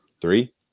Three